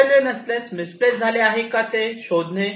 हरवले नसल्यास misplace झाले आहे का ते शोधणे